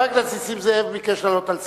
חבר הכנסת נסים זאב ביקש להעלות על סדר-היום,